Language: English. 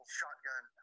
shotgun